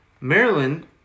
Maryland